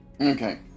Okay